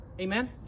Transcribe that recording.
Amen